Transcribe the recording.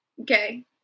Okay